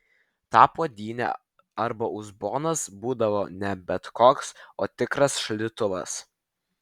ta puodynė arba uzbonas būdavo ne bet koks o tikras šaldytuvas